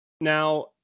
Now